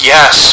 Yes